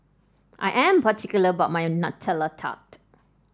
I am particular about my Nutella Tart